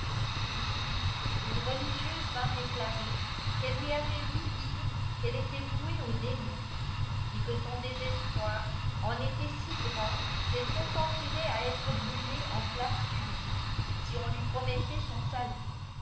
ici une religieuse vint déclarer qu'elle lui avait oui c qii'elle était vouée au démon et que son désespoir en était si grand qu'elle consentirait a être brûlée en place publique si on lui promettait son salut